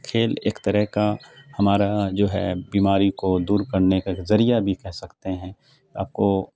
کھیل ایک طرح کا ہمارا جو ہے بیماری کو دور کرنے کا ایک ذریعہ بھی کہہ سکتے ہیں آپ کو